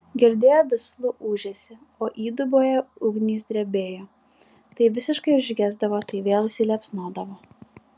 girdėjo duslų ūžesį o įduboje ugnys drebėjo tai visiškai užgesdavo tai vėl įsiliepsnodavo